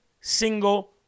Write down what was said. single